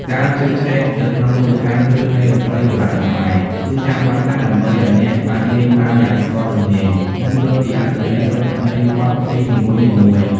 ការជ្រៀតជ្រែកទៅក្នុងមូលដ្ឋានគ្រឹះនៃតន្ត្រីបុរាណខ្មែរ គឺចាំបាច់ណាស់ដើម្បីឱ្យអ្នកអាចលេងបានយ៉ាងស្ទាត់ជំនាញ និងយល់ពីអត្ថន័យពិតនៃបទភ្លេងនីមួយៗ។